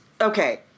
okay